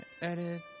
edit